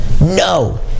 no